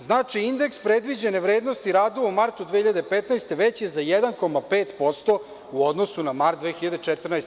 Znači, indeks predviđene vrednosti radova u martu 2015. godine veći je za 1,5% u odnosu na mart 2014.